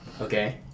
Okay